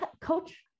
coach